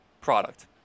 product